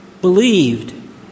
believed